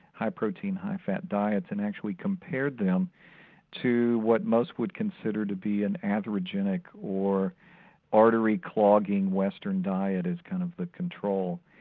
high protein, high fat diets and actually compared them to what most would consider to be an atherogenic or artery-clogging western diet as kind of the control.